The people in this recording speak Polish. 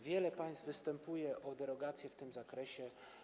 Wiele państw występuje o derogację w tym zakresie.